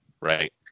Right